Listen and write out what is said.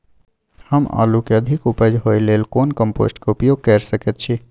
हम आलू के अधिक उपज होय लेल कोन कम्पोस्ट के उपयोग कैर सकेत छी?